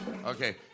Okay